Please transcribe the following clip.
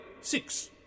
Six